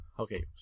Okay